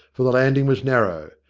for the landing was narrow.